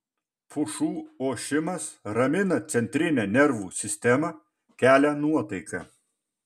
pušų ošimas ramina centrinę nervų sistemą kelia nuotaiką